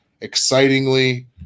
excitingly